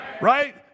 right